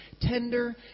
Tender